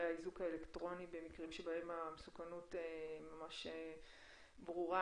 במקרי האיזוק האלקטרוני במקרים שבהם המסוכנות ממש ברורה.